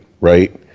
right